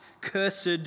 cursed